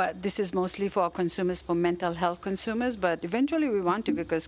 but this is mostly for consumers for mental health consumers but eventually we want to because